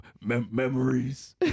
Memories